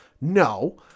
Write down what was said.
No